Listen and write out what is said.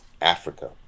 Africa